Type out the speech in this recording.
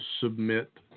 submit